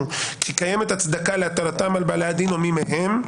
כי קיימת הצדקה להטלתם על בעלי הדין או מי מהם,